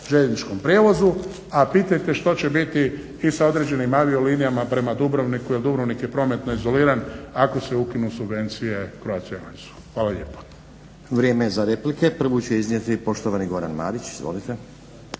željezničkom prijevozu, a pitajte što će biti i sa određenim aviolinijama prema Dubrovniku jer Dubrovnik je prometno izoliran, ako se ukinu subvencije Croatia Airlinesu. Hvala lijepo. **Stazić, Nenad (SDP)** Vrijeme je za replike. Prvu će iznijeti poštovani Goran Marić. Izvolite.